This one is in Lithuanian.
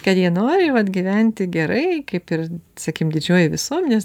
kad jie nori vat gyventi gerai kaip ir sakykim didžioji visuomenės